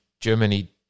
Germany